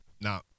Now